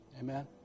Amen